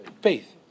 Faith